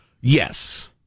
Yes